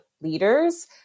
leaders